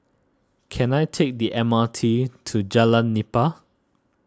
can I take the M R T to Jalan Nipah